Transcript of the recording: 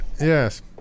Yes